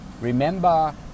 Remember